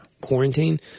quarantine